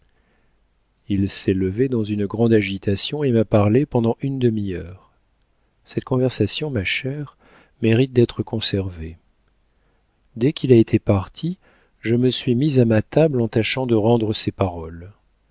il s'est levé dans une grande agitation et m'a parlé pendant une demi-heure cette conversation ma chère mérite d'être conservée dès qu'il a été parti je me suis mise à ma table en tâchant de rendre ses paroles